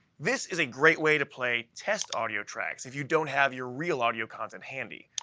this is a great way to play test audio tracks if you don't have your real audio content handy.